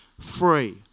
free